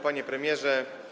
Panie Premierze!